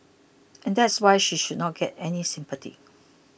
and that is why she should not get any sympathy